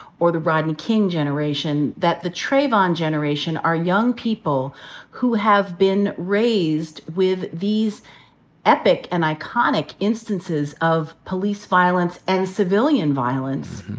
or the rodney king generation, that the trayvon generation are young people who have been raised with these epic and iconic instances of police violence, and civilian violence,